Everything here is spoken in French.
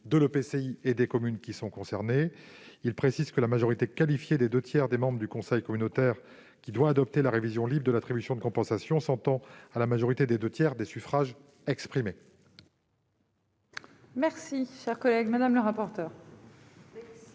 de l'EPCI et des communes concernées. Il vise à préciser que la majorité qualifiée des deux tiers des membres du conseil communautaire devant adopter la révision libre de l'attribution de compensation s'entend de la majorité des deux tiers des suffrages exprimés. Quel est l'avis de la commission